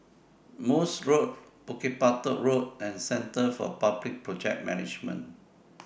Morse Road Bukit Batok Road and Centre For Public Project Management